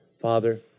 Father